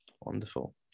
Wonderful